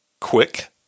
quick